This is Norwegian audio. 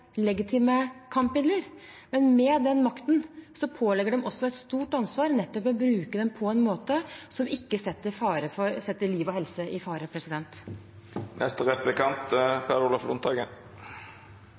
legitime kampmidler, og den makten pålegger partene et stort ansvar for nettopp å bruke dem på en måte som ikke setter liv og helse i fare.